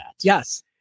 Yes